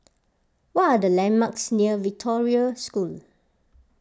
what are the landmarks near Victoria School